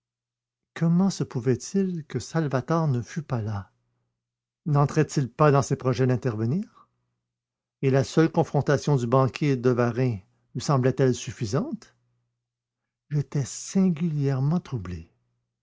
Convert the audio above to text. comment se pouvait-il que salvator ne fût pas là nentrait il pas dans ses projets d'intervenir et la seule confrontation du banquier et de varin lui semblait elle suffisante j'étais singulièrement troublé